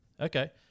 Okay